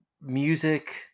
music